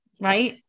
Right